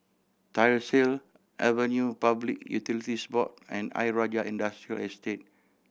Tyersall Avenue Public Utilities Board and Ayer Rajah Industrial Estate